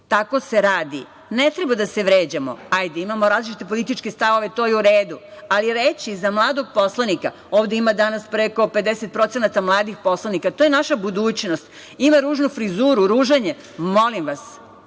se radi. Ne treba da se vređamo. Hajde, imamo različite političke stavove, to je u redu. Ali, reći za mladog poslanika, ovde ima danas preko 50% mladih poslanika, to je naša budućnost, da ima ružnu frizuru, ružan je, molim vas,